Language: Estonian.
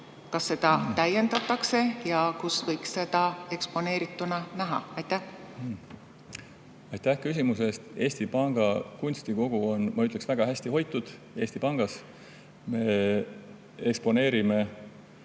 Kas seda täiendatakse? Ja kus võiks seda eksponeerituna näha? Aitäh küsimuse eest! Eesti Panga kunstikogu on väga hästi hoitud Eesti Pangas. Me eksponeerime